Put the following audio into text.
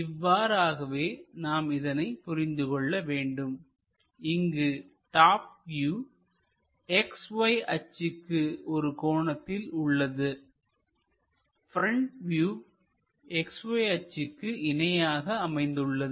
இவ்வாறாகவே நாம் இதனை புரிந்து கொள்ள வேண்டும் இங்கு டாப் வியூ XY அச்சுக்கு ஒரு கோணத்தில் உள்ளது ப்ரெண்ட் வியூ XY அச்சுக்கு இணையாக அமைந்துள்ளது